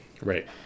Right